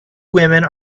women